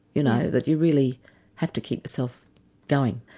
you know, that you really have to keep yourself going.